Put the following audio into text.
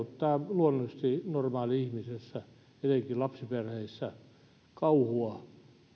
aiheuttaa luonnollisesti normaali ihmisessä etenkin lapsiperheissä kauhua